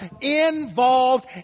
involved